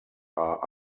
are